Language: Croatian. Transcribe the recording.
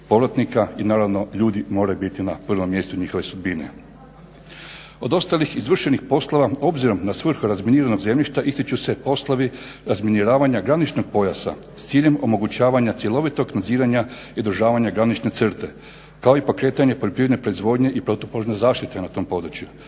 i naravno ljudi moraju biti na prvom mjestu, njihove sudbine. Od ostalih izvršenih poslova obzirom na svrhu razminiranog zemljišta ističu se poslovi razminiravanja graničnog pojasa s ciljem omogućavanja cjelovitog nadziranja i uzdržavanja granične crte kao i pokretanje poljoprivredne proizvodnje i protupožarne zaštite na tom području.